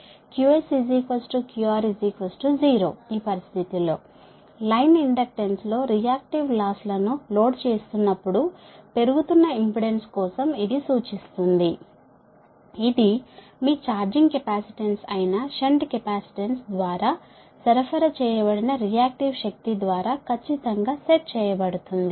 ఈ పరిస్థితి లో లైన్ ఇండక్టెన్స్ లో రియాక్టివ్ లాస్ లను లోడ్ చేస్తున్నప్పుడు పెరుగుతున్న ఇంపెడెన్స్ కోసం ఇది సూచిస్తుంది ఇది మీ ఛార్జింగ్ కెపాసిటెన్స్ అయిన షంట్ కెపాసిటెన్స్ ద్వారా సరఫరా చేయబడిన రియాక్టివ్ శక్తి ద్వారా ఖచ్చితం గా సెట్ చేయబడుతుంది